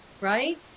Right